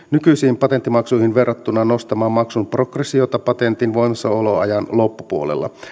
nykyisiin patenttimaksuihin verrattuna nostamaan maksun progressiota patentin voimassaoloajan loppupuolella